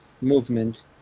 movement